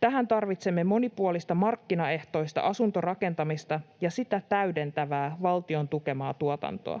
Tähän tarvitsemme monipuolista markkinaehtoista asuntorakentamista ja sitä täydentävää valtion tukemaa tuotantoa.